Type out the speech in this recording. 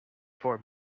for